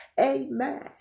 Amen